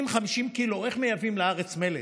אם 50 ק"ג, איך מייבאים לארץ מלט?